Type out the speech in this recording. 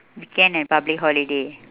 weekend and public holiday